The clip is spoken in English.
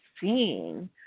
seeing